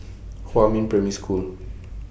Huamin Primary School